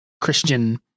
Christian